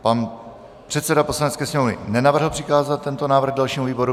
Pan předseda Poslanecké sněmovny nenavrhl přikázat tento návrh dalšímu výboru.